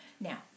Now